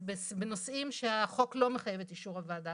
בנושאים שהחוק לא מחייב את אישור הוועדה.